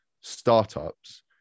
startups